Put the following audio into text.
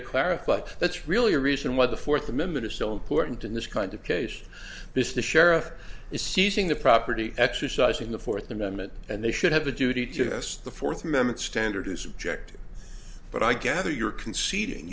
a clarified that's really a reason why the fourth amendment is so important in this kind of case this the sheriff is seizing the property exercising the fourth amendment and they should have a duty to us the fourth minute standard is subjective but i gather you're conceding